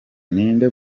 ninde